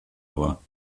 aber